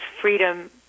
freedom